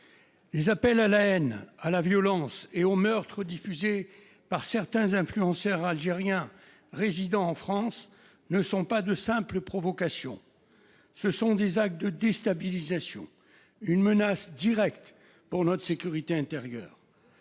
Les appels à la haine, à la violence et au meurtre diffusés par certains influenceurs algériens résidant en France ne sont pas de simples provocations : ce sont des actes de déstabilisation, une menace directe pour notre sécurité intérieure.